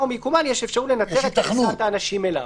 ומיקומן יש אפשרות לנטר את כניסת האנשים אליו.